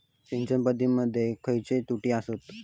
सिंचन पद्धती मध्ये खयचे त्रुटी आसत?